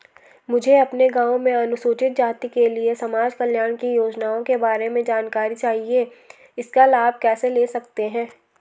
मुझे अपने गाँव में अनुसूचित जाति के लिए समाज कल्याण की योजनाओं के बारे में जानकारी चाहिए इसका लाभ कैसे ले सकते हैं?